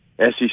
SEC